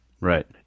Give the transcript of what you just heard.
Right